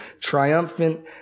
triumphant